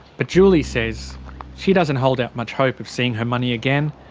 but julie says she doesn't hold out much hope of seeing her money again,